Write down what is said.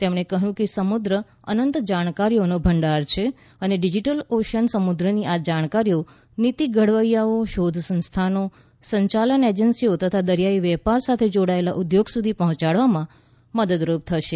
તેમણે કહ્યું કે સમુદ્ર અનંત જાણકારીઓનો ભંડાર છે અને ડીજીટલ ઓસન સમુદ્રની આ જાણકારીઓ નીતી ઘડવૈયાઓ શોધ સંસ્થાનો સંચાલન એજન્સીઓ તથા દરિયાઈ વેપાર સાથે જોડાયેલા ઉદ્યોગ સુધી પહોંચાડવામાં મદદરૂપ થશે